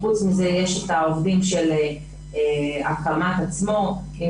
חוץ מזה יש את העובדים של הקמ"ט עצמו שהוא